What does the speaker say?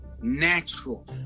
natural